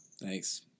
Thanks